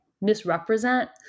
misrepresent